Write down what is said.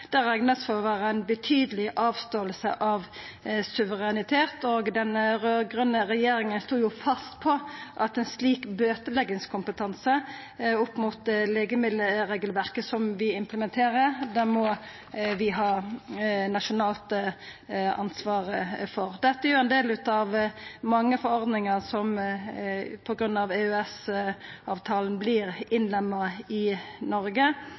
for å vera ei betydeleg avståing av suverenitet, og den raud-grøne regjeringa stod fast på at ein slik bøteleggingskompetanse opp mot legemiddelregelverket som vi implementerer, må vi ha nasjonalt ansvar for. Dette er éi av mange forordningar som på grunn av EØS-avtalen vert innlemma i Noreg,